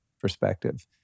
perspective